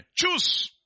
Choose